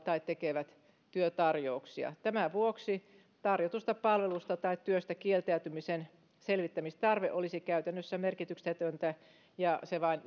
tai tekevät työtarjouksia tämän vuoksi tarjotusta palvelusta tai työstä kieltäytymisen selvittämistarve olisi käytännössä merkityksetöntä ja se vain